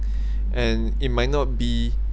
and it might not be